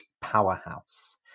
powerhouse